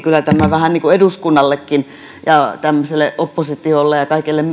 kyllä tämä on vähän niin kuin eduskunnallekin ja tämmöiselle oppositiolle ja